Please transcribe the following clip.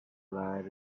bright